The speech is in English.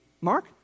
Mark